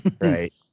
Right